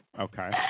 Okay